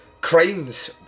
crimes